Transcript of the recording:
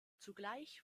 zugleich